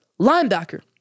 linebacker